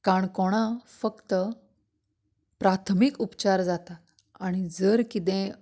काणकोणा फकत प्राथमीक उपचार जातात आनी जर कितेंय